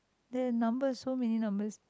there number so many numbers